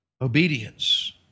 Obedience